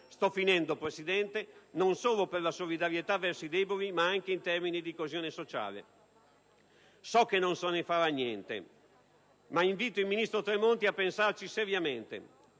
di sussidiarietà, non solo per la solidarietà verso i deboli, ma anche in termini di coesione sociale. So che non se ne farà niente, ma invito il ministro Tremonti a pensarci seriamente: